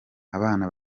abana